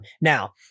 Now